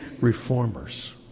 reformers